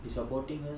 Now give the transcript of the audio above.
be supporting her